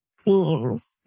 themes